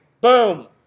Boom